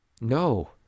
No